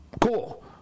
cool